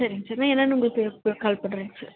சரிங்க சார் நான் என்னனு உங்களுக்கு பே கால் பண்ணுறேங்க சார்